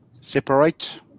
separate